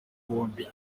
bombi